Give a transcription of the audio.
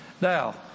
Now